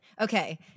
Okay